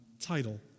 title